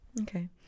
Okay